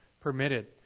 permitted